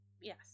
yes